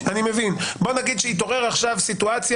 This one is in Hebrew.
בוא נגיד שתתעורר סיטואציה